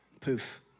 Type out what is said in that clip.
Poof